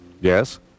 Yes